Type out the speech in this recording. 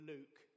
Luke